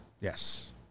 Yes